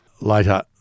later